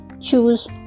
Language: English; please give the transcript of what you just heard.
choose